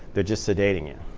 they're just sedating your.